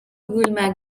گوگول